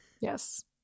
yes